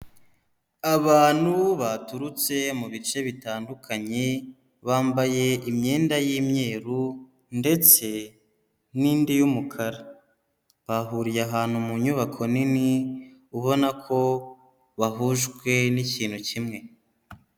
Abantu baturutse mu bice bitandukanye bambaye imyenda y'imyeru ndetse n'indi y'umukara, bahuriye ahantu mu nyubako nini ubona ko bahujwe n'ikintu kimwe.